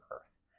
earth